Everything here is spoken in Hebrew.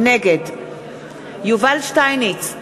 נגד יובל שטייניץ,